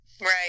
Right